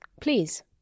please